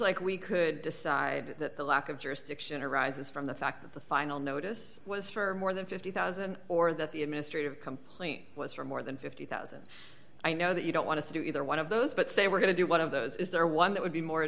like we could decide that the lack of jurisdiction arises from the fact that the final notice was for more than fifty thousand or that the administrative complaint was for more than fifty thousand i know that you don't want to do either one of those but say we're going to do one of those is there one that would be more